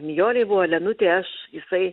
nijolė buvo elenutė aš jisai